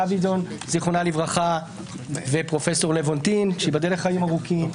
גביזון זכרה לברכה ופרופ' לבונטין שייבדל לחיים ארוכים,